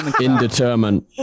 indeterminate